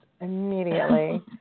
immediately